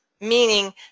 meaning